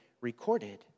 recorded